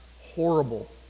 horrible